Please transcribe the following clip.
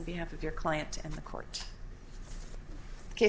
behalf of your client and the court case